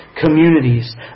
communities